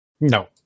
No